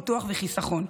ביטוח וחיסכון.